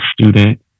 student